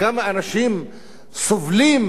כמה אנשים סובלים,